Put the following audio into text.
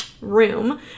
room